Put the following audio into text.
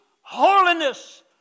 holiness